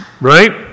Right